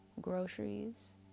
groceries